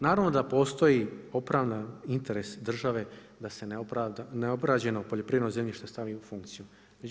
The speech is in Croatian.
Naravno da postoji opravdani interes države da se neobrađeno poljoprivredno zemljište stavi u funkciju.